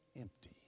empty